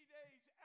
days